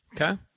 Okay